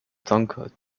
zhang